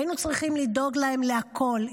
היינו צריכים לדאוג להם לכול,